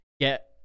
get